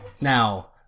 now